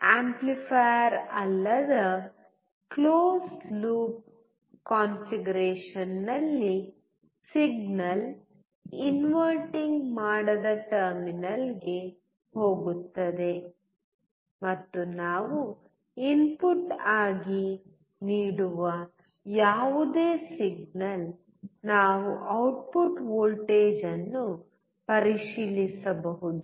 amplifier ಅಲ್ಲದ close loop ಕಾನ್ಫಿಗರೇಶನ್ನಲ್ಲಿ signal inverting ಮಾಡದ ಟರ್ಮಿನಲ್ಗೆ ಹೋಗುತ್ತದೆ ಮತ್ತು ನಾವು ಇನ್ಪುಟ್ ಆಗಿ ನೀಡುವ ಯಾವುದೇ ಸಿಗ್ನಲ್ ನಾವು ಔಟ್ಪುಟ್ ವೋಲ್ಟೇಜ್ ಅನ್ನು ಪರಿಶೀಲಿಸಬೇಕು